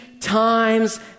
times